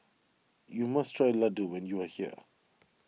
you must try Laddu when you are here